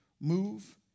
move